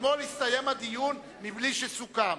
אתמול הסתיים הדיון מבלי שסוכם.